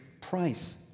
price